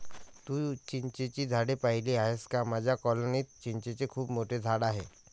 तू चिंचेची झाडे पाहिली आहेस का माझ्या कॉलनीत चिंचेचे खूप मोठे झाड आहे